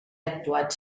actuat